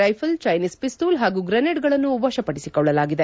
rifle Chinese ಪಿಸ್ತೂಲ್ ಹಾಗೂ ಗ್ರೆನೇಡ್ಗಳನ್ನು ವಶಪಡಿಸಿಕೊಳ್ಳಲಾಗಿದೆ